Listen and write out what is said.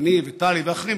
ואני וטלי ואחרים,